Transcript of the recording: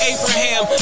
Abraham